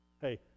hey